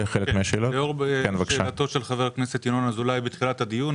לאור שאלתו של חבר הכנסת ינון אזולאי בתחילת הדיון,